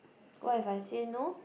what if I say no